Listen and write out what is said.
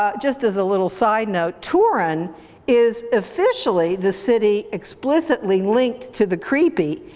ah just as a little side note, turin is officially the city explicitly linked to the creepy.